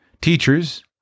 Teachers